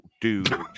dude